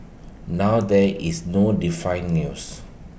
now there is no define news